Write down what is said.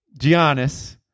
Giannis